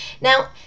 now